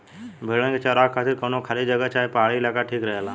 भेड़न के चरावे खातिर कवनो खाली जगह चाहे पहाड़ी इलाका ठीक रहेला